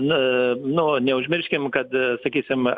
nu nu neužmirškim kad sakysim